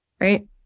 Right